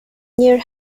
near